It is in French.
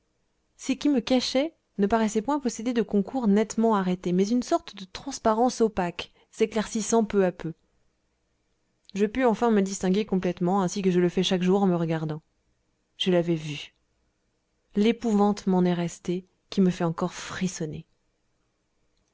ce qui me cachait ne paraissait point posséder de contours nettement arrêtés mais une sorte de transparence opaque s'éclaircissant peu à peu je pus enfin me distinguer complètement ainsi que je le fais chaque jour en me regardant je l'avais vu l'épouvante m'en est restée qui me fait encore frissonner